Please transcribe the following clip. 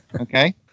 Okay